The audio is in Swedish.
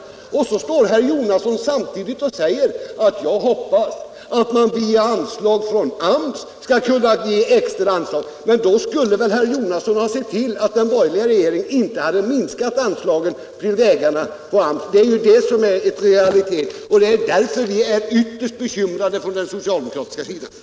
Samtidigt står herr Jonasson och säger att han hoppas att man skall kunna få extra anslag via AMS. Men då skulle väl herr Jonasson ha sett till att den borgerliga regeringen inte hade minskat anslagen till vägarna och till AMS. Det är ju en realitet, och det är därför som vi från socialdemokratiskt håll är ytterst bekymrade.